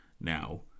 now